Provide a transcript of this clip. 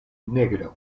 negro